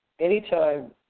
Anytime